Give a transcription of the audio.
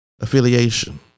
affiliation